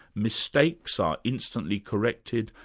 mistakes are instantly corrected,